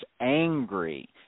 angry